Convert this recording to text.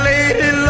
Lady